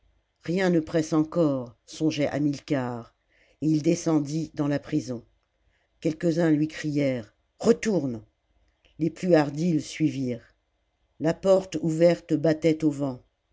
rien ne presse encore songeait hamilcar et il descendit dans la prison quelquesuns lui crièrent retourne les plus hardis le suivirent la porte ouverte battait au vent